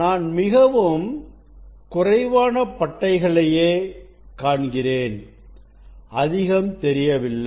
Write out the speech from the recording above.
நான் மிகவும் குறைவான பட்டை களையே காண்கிறேன் அதிகம் தெரியவில்லை